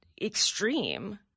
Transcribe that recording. extreme